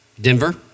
Denver